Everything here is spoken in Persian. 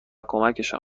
کمکشان